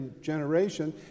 generation